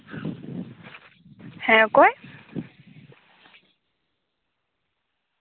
ᱦᱮᱸ ᱚᱠᱚᱭ